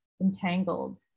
entangled